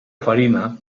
farina